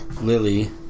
Lily